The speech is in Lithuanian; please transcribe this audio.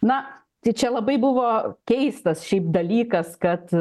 na tai čia labai buvo keistas šiaip dalykas kad